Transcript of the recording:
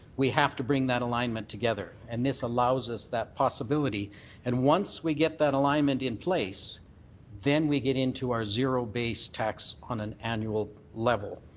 we have to bring that alignment together. and this allows us that possibility and once we get that alignment in place then we get into our zero base tax on an annual level.